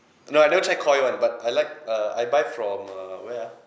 no I never try koi one but I like uh I buy from err where ah